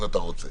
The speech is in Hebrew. אם אתה רוצה,